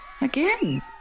Again